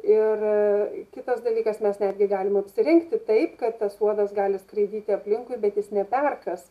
ir kitas dalykas mes netgi galim apsirengti taip kad tas uodas gali skraidyti aplinkui bet jis neperkąs